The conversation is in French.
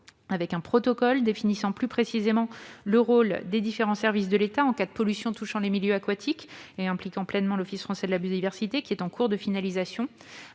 Un protocole définissant plus précisément le rôle des différents services de l'État en cas de pollution touchant les milieux aquatiques et impliquant pleinement l'Office français de la biodiversité (OFB) est en cours de finalisation.